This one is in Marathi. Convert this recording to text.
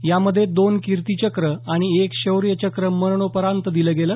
यामध्ये दोन किर्ती चक्र आणि एक शौर्य चक्र मरणोपरांत दिलं गेलं